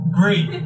Great